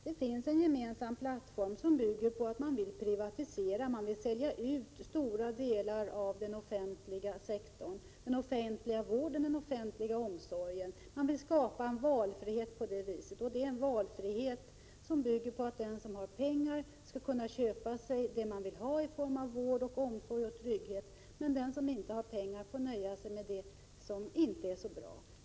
Den plattformen är att man vill privatisera; man vill sälja ut stora delar av den offentliga sektorn: den offentliga vården och den offentliga omsorgen. Man vill på det sättet skapa en valfrihet. Den valfriheten innebär att de som har pengar skall kunna köpa vad de vill ha i form av vård, omsorg och trygghet. Den som inte har pengar får nöja sig med det som inte är så bra.